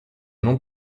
non